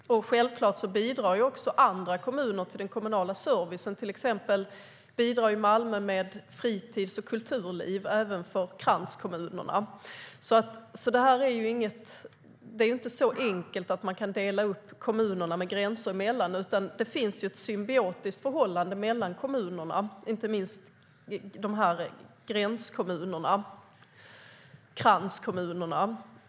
Självklart bidrar också andra kommuner till den kommunala servicen. Till exempel bidrar Malmö med fritids och kulturliv även för kranskommunerna. Det är alltså inte så enkelt att man kan dela upp kommunerna med gränser, utan det finns ett symbiotiskt förhållande mellan kommunerna, inte minst när det gäller kranskommunerna.